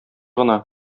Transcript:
гына